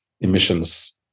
emissions